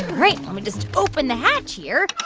right, let me just open the hatch here